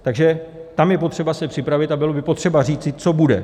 Takže tam je potřeba se připravit a bylo by potřeba říci, co bude.